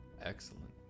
Excellent